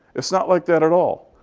it's not like that at all.